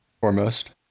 foremost